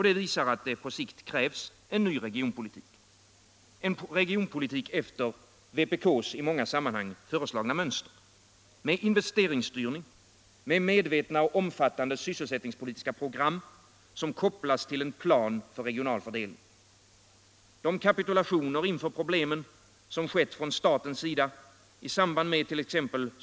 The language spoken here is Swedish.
Det visar att det på sikt krävs en ny regionpolitik, en politik efter vpks i många sammanhang föreslagna mönster med investeringsstyrning samt medvetna och omfattande sysselsättningspolitiska program, som kopplas till en plan för regional fördelning. De kapitulationer inför problemen som har skett från statens sida i samband med t.ex.